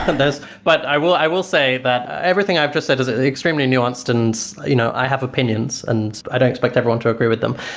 um but i will i will say that everything i've just said is extremely nuanced and you know i have opinions and i don't expect everyone to agree with them.